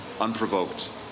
unprovoked